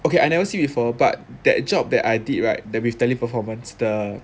okay I never see before but that job that I did right that with tele performance the